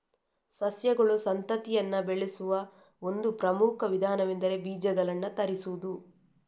ಸಸ್ಯಗಳು ಸಂತತಿಯನ್ನ ಬೆಳೆಸುವ ಒಂದು ಪ್ರಮುಖ ವಿಧಾನವೆಂದರೆ ಬೀಜಗಳನ್ನ ತಯಾರಿಸುದು